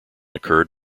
occurred